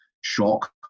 shock